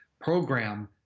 program